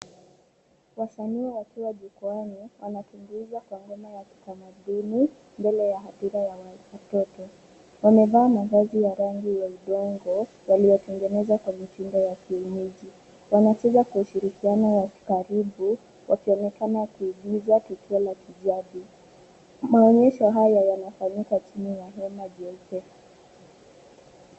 Wasanii wakiwa jukwaani wanatumbuiza kwa nyimbo za kitamaduni mbele ya hadhira walioketi. Wamevaa mavazi yaliyotengenezwa kwa mitindo ya kienyeji. Wanacheza kwa ushirikiano wa karibu, wakionekana kuigiza tukio la kijadi. Maonyesho hayo yanafanyika chini ya hema jeupe.